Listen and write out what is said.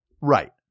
right